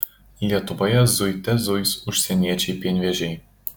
lietuvoje zuite zuis užsieniečiai pienvežiai